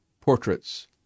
portraits